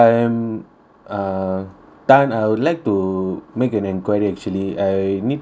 uh tan I would like to make an enquiry actually I need to